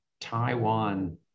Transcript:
Taiwan